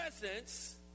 presence